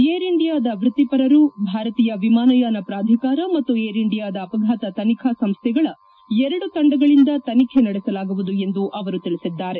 air ಇಂಡಿಯಾದ ವೃತ್ತಿಪರರು ಭಾರತೀಯ ವಿಮಾನಯಾನ ಪ್ರಾಧಿಕಾರ ಮತ್ತು ಏರ್ ಇಂಡಿಯಾದ ಅಪಘಾತ ತನಿಖಾ ಸಂಸ್ಟೆಗಳ ಎರಡು ತಂಡಗಳಿಂದ ತನಿಖೆ ನಡೆಸಲಾಗುವುದು ಎಂದು ಅವರು ತಿಳಿಸಿದ್ದಾರೆ